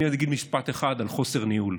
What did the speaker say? אני אגיד משפט אחד על חוסר ניהול.